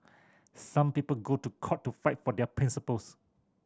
some people go to court to fight for their principles